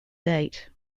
date